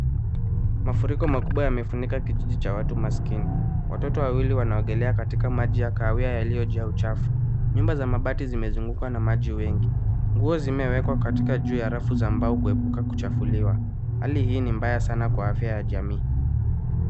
Mafuriko makubwa yamefunika kijiji cha watu maskini. Watoto wawili wanaogelea katika maji ya kahawia yaliyojaa uchafu. Nyuma za mabati zimezungukwa na maji mengi. Nguo zimewekwa katika juu ya rafu za mbao kuepuka kuchafuliwa. Hali hii ni mbaya sana kwa afya ya jamii.